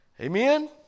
Amen